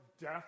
death